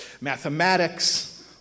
mathematics